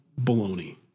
baloney